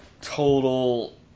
total